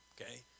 Okay